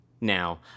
Now